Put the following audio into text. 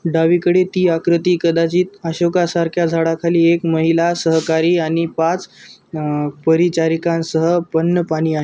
डावीकडे ती आकृती कदाचित अशोकासारख्या झाडाखाली एक महिला सहकारी आणि पाच न परिचारिकांसह पन्नपानी आहे